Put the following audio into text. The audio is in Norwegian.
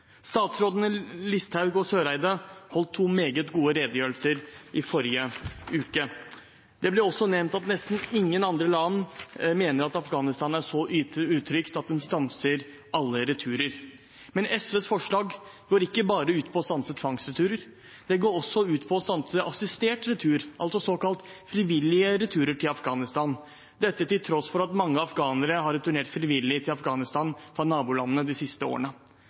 Statsrådene Listhaug og Eriksen Søreide holdt to meget gode redegjørelser i forrige uke. Det ble også nevnt at nesten ingen andre land mener at Afghanistan er så utrygt at en stanser alle returer. Men SVs forslag går ikke bare ut på å stanse tvangsreturer, det går også ut på å stanse assistert retur, altså såkalte frivillige returer til Afghanistan, dette til tross for at mange afghanere har returnert frivillig til Afghanistan fra nabolandene de siste årene.